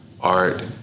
art